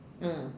mm